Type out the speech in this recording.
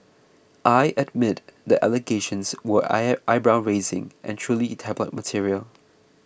I admit the allegations were eye eyebrow raising and truly tabloid material